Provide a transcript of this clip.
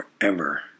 forever